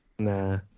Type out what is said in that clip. Nah